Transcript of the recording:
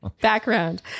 Background